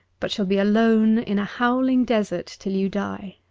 but shall be alone in a howling desert till you die